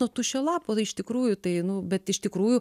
nuo tuščio lapo iš tikrųjų tai nu bet iš tikrųjų